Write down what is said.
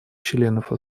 членов